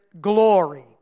glory